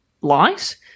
light